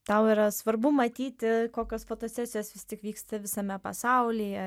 tau yra svarbu matyti kokios fotosesijos vis tik vyksta visame pasaulyje